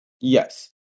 Yes